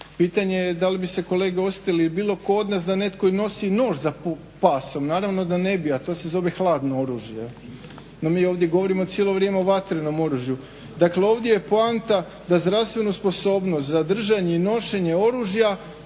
pitanje je da li bi se kolege osjetili ili bilo tko od nas da netko nosi nož za pasom. Naravno da ne bi, a to se zove hladno oružje. No mi ovdje govorimo cijelo vrijeme o vatrenom oružju. Dakle, ovdje je poanta da zdravstvenu sposobnost za držanje i nošenje oružja